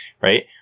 right